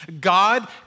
God